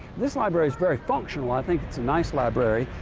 this library is very functional. i think it's a nice library,